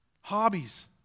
Hobbies